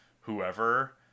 whoever